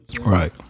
right